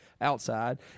outside